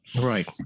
Right